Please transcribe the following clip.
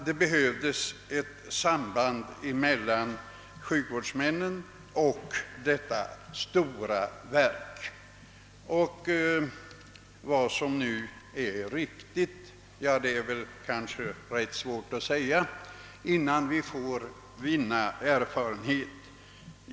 Innan vi vunnit några erfarenheter är det naturligtvis svårt att säga vad som verkligen är riktigt.